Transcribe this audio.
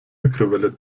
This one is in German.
mikrowelle